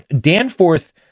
Danforth